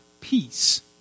peace